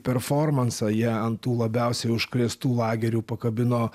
performansą jie ant tų labiausiai užkrėstų lagerių pakabino